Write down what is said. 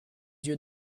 yeux